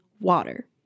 water